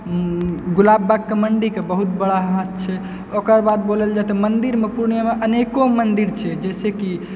गुलाबबागके मण्डी के बहुत बड़ा हाथ छै ओकर बाद बोलल जाए तऽ मन्दिर मे पुर्णियामे अनेको मन्दिर छै जैसे कि